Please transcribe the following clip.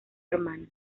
hermanas